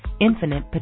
infinite